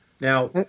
Now